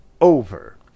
over